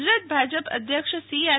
ગુજરાત ભાજપ અધ્યક્ષ સીઆર